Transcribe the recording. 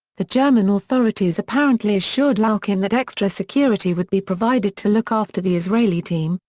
the german authorities apparently assured lalkin that extra security would be provided to look after the israeli team,